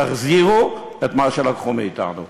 תחזירו את מה שלקחו מאתנו.